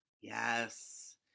Yes